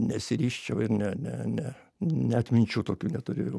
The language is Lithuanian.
nesiryžčiau ir ne ne ne net minčių tokių neturėjau